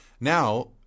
Now